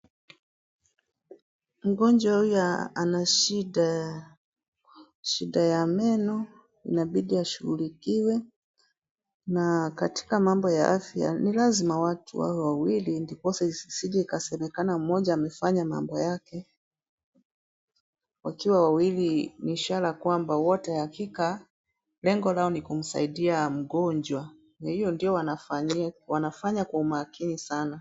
Mgonjwa huyu ana shida ya meno inabidi ashughulikiwe na katika mambo ya afya ni lazima watu wawe wawili ndiposa isije ikasemekana mmoja amefanya mambo yake. Wakiwa wawili ni ishara kwamba wote hakika lengo lao ni kumsaidia mgonjwa na hiyo ndio wanafanya kwa umakini sana.